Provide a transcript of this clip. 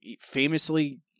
famously